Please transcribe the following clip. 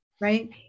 Right